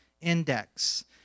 Index